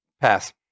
Pass